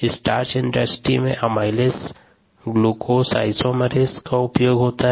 starch industry में amylase glucose isomerase का उपयोग में लाया जाता हैं